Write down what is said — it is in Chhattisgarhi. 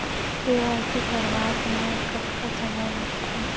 के.वाई.सी करवात म कतका समय लगथे?